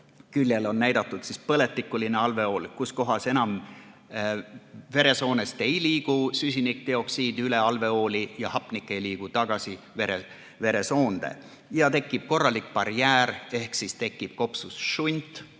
küljel on näidatud põletikuline alveool, kus enam veresoonest ei liigu süsinikdioksiid üle alveooli ja hapnik ei liigu tagasi veresoonde ning tekib korralik barjäär: kopsus tekib šunt